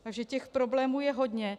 Takže těch problémů je hodně.